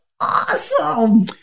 Awesome